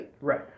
Right